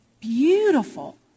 beautiful